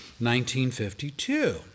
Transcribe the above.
1952